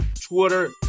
Twitter